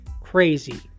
crazy